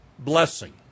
blessing